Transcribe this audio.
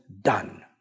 done